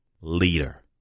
leader